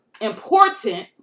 important